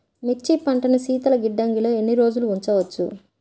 మిర్చి పంటను శీతల గిడ్డంగిలో ఎన్ని రోజులు ఉంచవచ్చు?